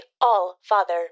All-Father